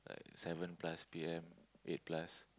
seven plus P_M eight plus